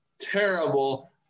terrible